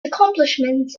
accomplishments